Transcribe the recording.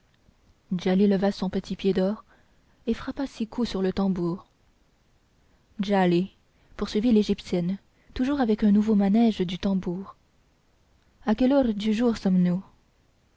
djali leva son petit pied d'or et frappa six coups sur le tambour djali poursuivit l'égyptienne toujours avec un nouveau manège du tambour à quelle heure du jour sommes-nous